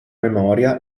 memoria